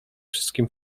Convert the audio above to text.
wszystkim